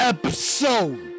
Episode